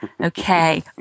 Okay